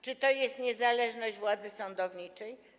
Czy to jest niezależność władzy sądowniczej?